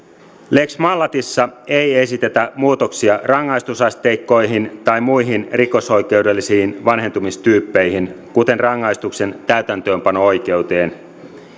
lex mallatissa ei esitetä muutoksia rangaistusasteikkoihin tai muihin rikosoikeudellisiin vanhentumistyyppeihin kuten rangaistuksen täytäntöönpano oikeuteen